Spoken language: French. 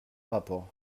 rapport